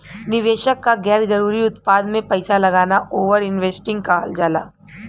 निवेशक क गैर जरुरी उत्पाद में पैसा लगाना ओवर इन्वेस्टिंग कहल जाला